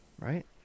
right